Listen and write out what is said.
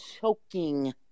choking